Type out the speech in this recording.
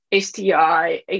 STI